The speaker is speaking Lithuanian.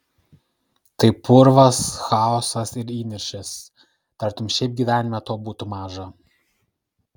tai purvas chaosas ir įniršis tartum šiaip gyvenime to būtų maža